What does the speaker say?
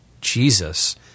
Jesus